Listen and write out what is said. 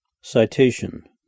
citation